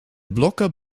blokken